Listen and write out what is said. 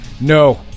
No